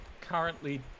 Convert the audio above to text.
currently